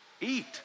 eat